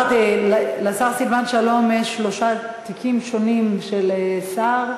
לשר סילבן שלום יש שלושה תיקים שונים של שר,